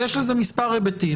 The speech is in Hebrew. ויש לזה מספר היבטים.